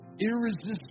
irresistible